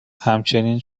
همچنین